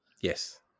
Yes